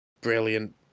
brilliant